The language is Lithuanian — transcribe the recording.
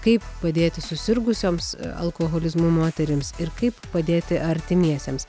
kaip padėti susirgusioms alkoholizmu moterims ir kaip padėti artimiesiems